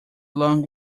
long